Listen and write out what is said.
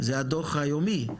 זה הדו"ח היומי,